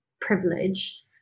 privilege